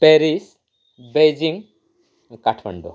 Paris Beijing Kathmandu